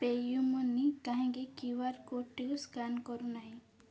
PayU money କାହିଁକି Q R କୋର୍ଡ଼ଟିକୁ scan କରୁନାହିଁ